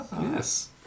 Yes